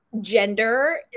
Gender